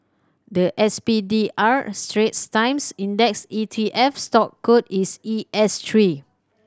the S P D R Straits Times Index E T F stock code is E S three